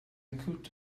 could